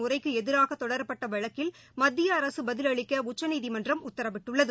முறைக்கு எதிராக தொடரப்பட்ட வழக்கில் மத்திய அரசு பதிலளிக்க உச்சநீதிமன்றம் உத்தரவிட்டுள்ளது